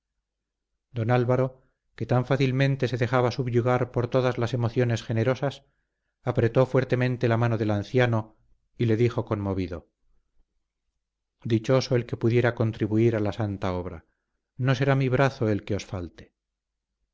don álvaro que tan fácilmente se dejaba subyugar por todas las emociones generosas apretó fuertemente la mano del anciano y le dijo conmovido dichoso el que pudiera contribuir a la santa obra no será mi brazo el que os falte